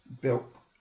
built